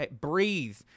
Breathe